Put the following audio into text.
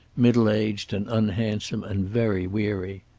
middle-aged and unhandsome, and very weary.